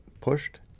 pushed